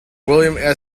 william